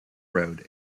road